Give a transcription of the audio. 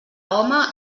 home